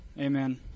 Amen